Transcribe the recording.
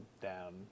down